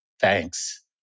Thanks